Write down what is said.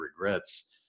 regrets